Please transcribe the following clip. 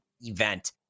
event